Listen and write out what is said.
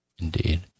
indeed